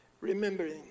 remembering